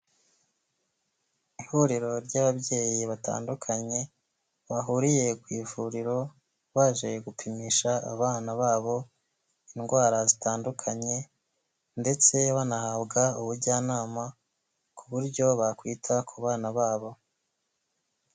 Ihuriro ry'ababyeyi batandukanye bahuriye ku ivuriro baje gupimisha abana babo indwara zitandukanye ndetse banahabwa ubujyanama ku buryo bakwita ku bana babo.